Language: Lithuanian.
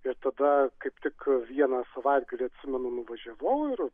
ir tada kaip tik vieną savaitgalį atsimenu nuvažiavau ir